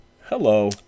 Hello